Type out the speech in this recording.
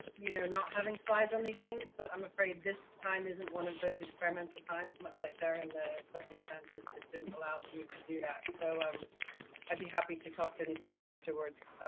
you know, not having slides on these things, but i'm afraid this time isn't one of those experimental times. much like there in the circumstances, just didn't allow for me to do that, so um i'd be happy to talk to anybody afterwards.